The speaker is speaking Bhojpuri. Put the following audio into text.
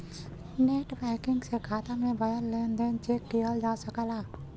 नेटबैंकिंग से खाता में भयल लेन देन चेक किहल जा सकला